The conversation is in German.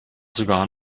sogar